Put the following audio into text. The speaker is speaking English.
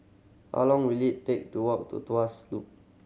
how long will it take to walk to Tuas Loop